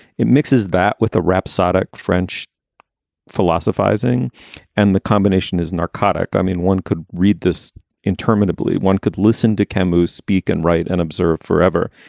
it mixes that with the rhapsodic french philosophizing and the combination is narcotic. i mean one could read this interminably. one could listen to camus speak and write and observe forever.